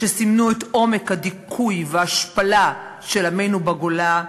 שסימלו את עומק הדיכוי וההשפלה של עמנו בגולה,